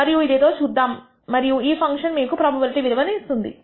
మనముఇదేదో చూద్దాం మరియు ఈ ఫంక్షన్ మీకు ప్రోబబిలిటీ విలువ ఇస్తుంది